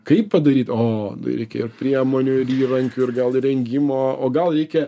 kaip padaryt o reikia ir priemonių ir įrankių ir gal įrengimo o gal reikia